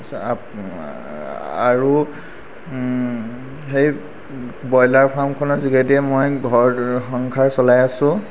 আৰু সেই ব্ৰইলাৰ ফাৰ্মখনৰ যোগেদিয়ে মই ঘৰ সংসাৰ চলাই আছোঁ